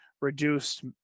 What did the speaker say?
reduced